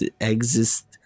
Exist